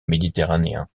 méditerranéen